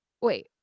Wait